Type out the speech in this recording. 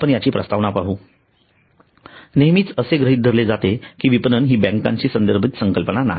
आपण याची प्रस्तावना पाहू नेहमीच असे गृहीत धरले जाते कि विपणन हि बँकेशी संदर्भित संकल्पना नाही